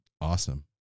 awesome